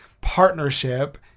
partnership